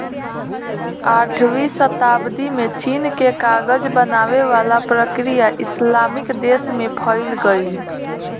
आठवीं सताब्दी में चीन के कागज बनावे वाला प्रक्रिया इस्लामिक देश में फईल गईल